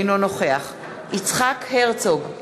אינו נוכח יצחק הרצוג,